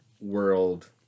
world